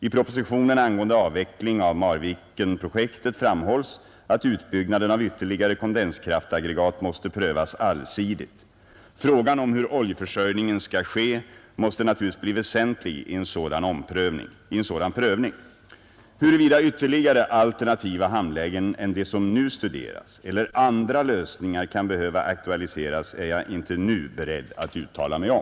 I propositionen angående avveckling av Marvikenprojektet framhålls att utbyggnaden av ytterligare kondenskraftaggregat måste prövas allsidigt. Frågan om hur oljeförsörjningen skall ske måste naturligtvis bli väsentlig i en sådan prövning. Huruvida ytterligare alternativa hamnlägen än de som nu studeras eller andra lösningar kan behöva aktualiseras är jag inte nu beredd att uttala mig om.